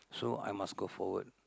so I must go forward